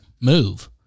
move